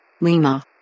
Lima